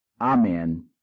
amen